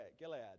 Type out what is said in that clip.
Gilead